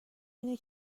اینه